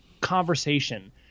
conversation